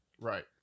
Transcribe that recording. Right